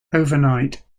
overnight